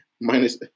minus